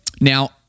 Now